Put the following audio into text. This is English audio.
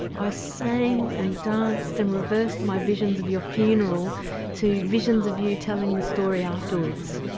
i sang and danced and reversed my visions of your funeral to visions of you telling the story afterwards.